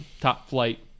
top-flight